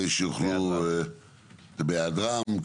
בהיעדרם,